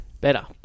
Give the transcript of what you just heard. Better